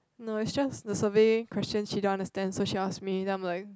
no it's just the survey questions she don't understand so she'll ask me then I'm like